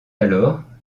alors